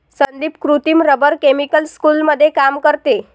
संदीप कृत्रिम rubber chemical स्कूलमध्ये काम करते